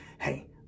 hey